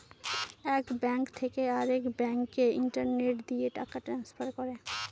এক ব্যাঙ্ক থেকে আরেক ব্যাঙ্কে ইন্টারনেট দিয়ে টাকা ট্রান্সফার করে